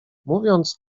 mówiąc